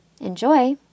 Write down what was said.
Enjoy